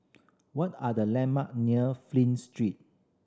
what are the landmark near Flint Street